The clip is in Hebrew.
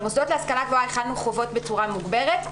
על מוסדות להשכלה גבוהה החלנו חובות בצורה מוגברת.